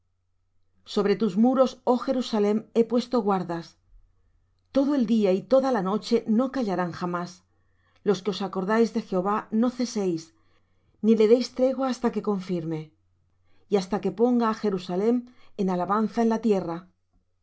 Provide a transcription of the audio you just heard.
sobre tus muros oh jerusalem he puesto guardas todo el día y toda la noche no callarán jamás los que os acordáis de jehová no ceséis ni le deis tregua hasta que confirme y hasta que ponga á jerusalem en alabanza en la tierra